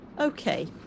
okay